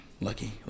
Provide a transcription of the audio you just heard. lucky